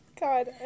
God